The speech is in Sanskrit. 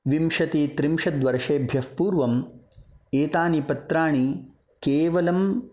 विंशतित्रिंशत्वर्षेभ्यः पूर्वम् एतानि पत्राणि केवलं